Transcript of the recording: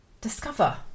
discover